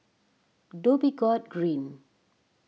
Dhoby Ghaut Green